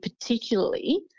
particularly